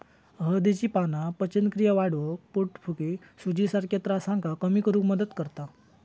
हळदीची पाना पचनक्रिया वाढवक, पोटफुगी, सुजीसारख्या त्रासांका कमी करुक मदत करतत